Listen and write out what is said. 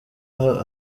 aha